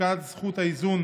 הפקעת זכות האיזון